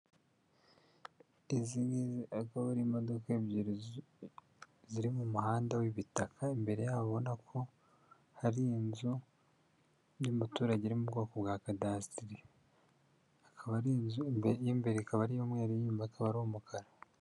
Izi ni imodoka ebyiri ziri mu muhanda w'ibitaka imbere ya ubona ko hari inzu y'umuturage iri mu bwoko bwa kadasitiri akaba ari inzu iyimbere ikaba ari yumweru iyinyuma akaba ari umukara.